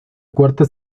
cuarta